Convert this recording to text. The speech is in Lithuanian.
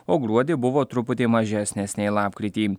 o gruodį buvo truputį mažesnės nei lapkritį